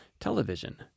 Television